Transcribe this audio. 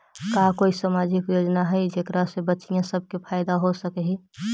का कोई सामाजिक योजना हई जेकरा से बच्चियाँ सब के फायदा हो सक हई?